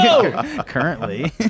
Currently